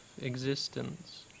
existence